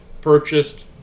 purchased